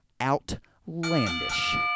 outlandish